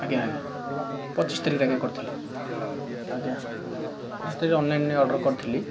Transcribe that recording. ଆଜ୍ଞା ଆଜ୍ଞା ପଚିଶ ତାରିଖରେ ଆଜ୍ଞା କରିଥିଲି ଆଜ୍ଞା ପଚିଶ ତାରିଖ ଅନ୍ଲାଇନ୍ରେ ଅର୍ଡ଼ର୍ କରିଥିଲି